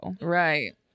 Right